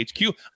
HQ